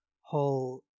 whole